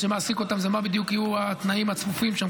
שמה שמעסיק אותם זה מה בדיוק יהיו התנאים הצפופים שם,